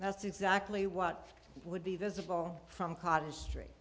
that's exactly what would be visible from cottage str